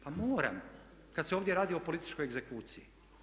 Pa moram, kad se ovdje radi o političkoj egzekuciji.